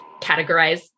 categorize